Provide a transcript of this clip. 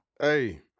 Hey